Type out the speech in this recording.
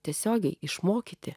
tiesiogiai išmokyti